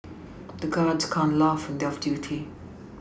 the guards can't laugh when they are on duty